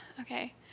okay